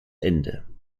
ende